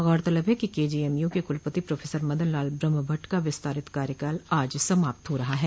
गौरतलब है कि केजीएमयू के कुलपति प्रोफेसर मदनलाल ब्रहम भट्ट का विस्तारित कार्यकाल आज समाप्त हो रहा है